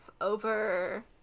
over